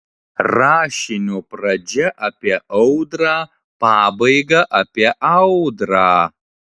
rašinio pradžia apie audrą pabaiga apie audrą